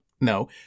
No